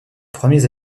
premiers